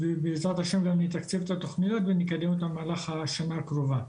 אם נגיע למסקנה שבסוף בתיאום מול הרשויות,